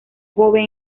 joven